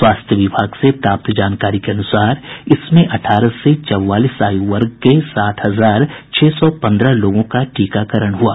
स्वास्थ्य विभाग से प्राप्त जानकारी के अनुसार इसमें अठारह से चौवालीस आयु वर्ग के साठ हजार छह सौ पन्द्रह लोगों का टीकाकरण हुआ